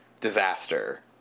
disaster